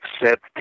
accept